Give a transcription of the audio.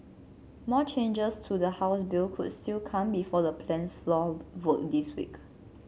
more changes to the House bill could still come before the planned floor vote this week